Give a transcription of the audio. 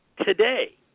Today